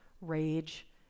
rage